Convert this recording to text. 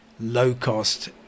low-cost